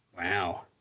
Wow